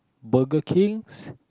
Burger Kings